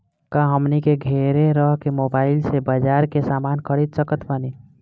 का हमनी के घेरे रह के मोब्बाइल से बाजार के समान खरीद सकत बनी?